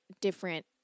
different